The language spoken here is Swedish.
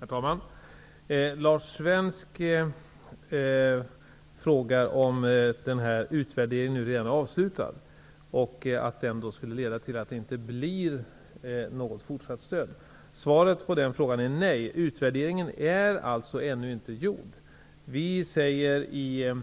Herr talman! Lars Svensk frågade om denna utvärdering redan är avslutad. Han ansåg att den i så fall skulle leda till att det inte blir något fortsatt stöd. Svaret på denna fråga är nej. Utvärderingen är alltså ännu inte gjord. Vi säger i